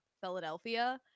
Philadelphia